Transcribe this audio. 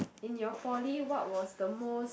in your poly what was the most